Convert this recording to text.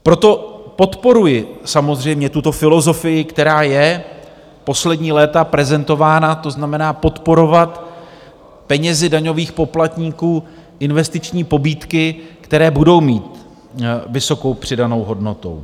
Proto podporuji samozřejmě tuto filozofii, která je poslední léta prezentována, to znamená, podporovat penězi daňových poplatníků investiční pobídky, které budou mít vysokou přidanou hodnotu.